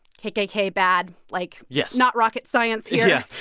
kkk bad. like. yes. not rocket science here. yeah.